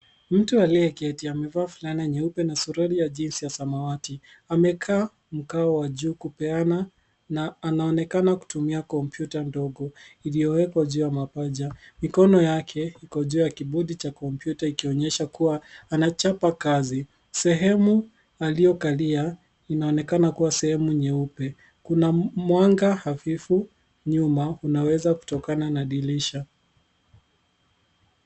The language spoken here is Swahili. Mtu aliyeketi. Amevaa fulana nyeupe na suruali ya jinsi ya samawati. Amekaa mkao wa juu kupeana na anaonekana kutumia kompyuta ndogo iliyowekwa juu ya mapaja. Mikono yake iko juu ya kibodi ya kompyuta ikionyesha kuwa anachapa kazi. Sehemu aliyokalia inaonekana kuaw sehemu nyeupe. Kuna mwanga hafifu nyuma unaweza kutokana na dirisha.